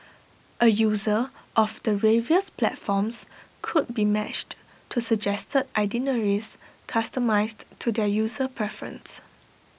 A user of the various platforms could be matched to suggested itineraries customised to their user preference